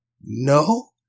no